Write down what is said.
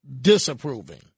disapproving